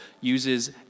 uses